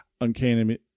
Uncanny